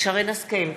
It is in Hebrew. שרן השכל,